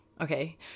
okay